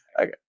Okay